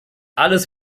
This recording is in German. alles